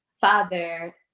father